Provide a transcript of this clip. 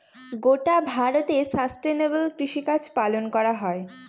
গোটা ভারতে সাস্টেইনেবল কৃষিকাজ পালন করা হয়